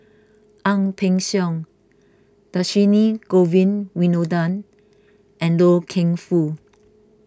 Ang Peng Siong Dhershini Govin Winodan and Loy Keng Foo